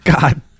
God